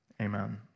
Amen